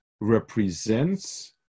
represents